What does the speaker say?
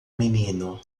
menino